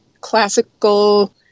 classical